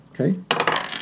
Okay